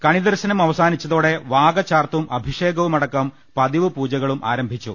കണിദർശനം അവസാനിച്ചതോ ടെ വാകചാർത്തും അഭിഷേകവുമടക്കം പതിവ് പൂജകളും ആരം ഭിച്ചു